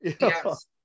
yes